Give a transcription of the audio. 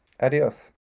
adios